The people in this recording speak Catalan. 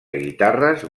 guitarres